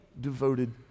devoted